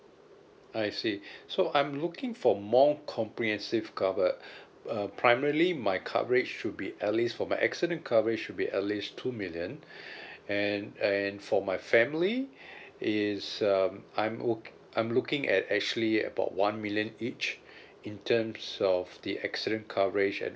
I see so I'm looking for more comprehensive cover uh primarily my coverage should be at least for my accident coverage should be at least two million and and for my family is um I'm look I'm looking at actually about one million each in terms of the accident coverage and